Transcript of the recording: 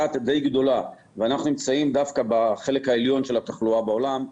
גדולה ואנחנו נמצאים דווקא בחלק העליון של התחלואה בעולם.